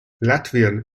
latvian